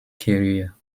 career